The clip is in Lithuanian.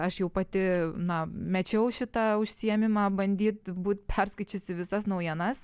aš jau pati na mečiau šitą užsiėmimą bandyt būt perskaičiusi visas naujienas